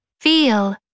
Feel